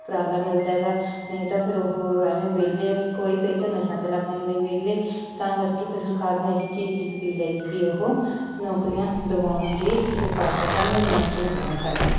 ਉਪਰਾਲਾ ਮਿਲਦਾ ਹੈਗਾ ਨਹੀਂ ਤਾਂ ਫਿਰ ਉਹ ਐਵੇਂ ਵਿਹਲੇ ਕਈ ਕਈ ਤਾਂ ਨਸ਼ਿਆਂ 'ਤੇ ਲੱਗ ਜਾਂਦੇ ਵਿਹਲੇ ਤਾਂ ਕਰਕੇ ਫਿਰ ਸਰਕਾਰ ਨੂੰ ਇਹੀ ਚੀਜ਼ ਦੀ ਅਪੀਲ ਹੈਗੀ ਕਿ ਉਹ ਨੌਕਰੀਆਂ ਦਿਵਾਉਣ ਦੀ ਕਿਰਪਾਲਤਾ ਕਰਨ ਨੂੰ ਵੀ ਨੌਕਰੀਆਂ ਦਿਵਾਉਣ ਸਾਰਿਆਂ ਨੂੰ